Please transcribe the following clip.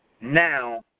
now